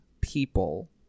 people